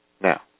now